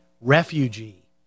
refugee